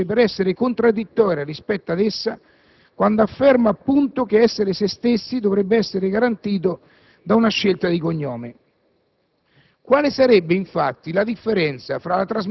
L'affermazione è paradossale e la legge finisce per essere contraddittoria rispetto ad essa, laddove afferma - appunto - che essere se stessi dovrebbe essere garantito da una scelta di cognome.